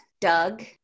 Doug